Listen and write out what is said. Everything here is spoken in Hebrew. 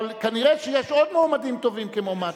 אבל כנראה יש עוד מועמדים טובים כמו מצא.